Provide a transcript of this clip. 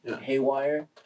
haywire